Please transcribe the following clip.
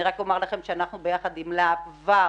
רק אומר לכם שאנחנו ביחד עם לה"ב כבר